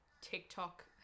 tiktok